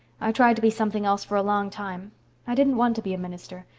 i tried to be something else for a long time i didn't want to be a minister.